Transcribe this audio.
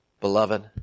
Beloved